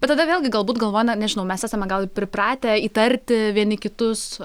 bet tada vėlgi galbūt galvoj nežinau mes esame gal pripratę įtarti vieni kitus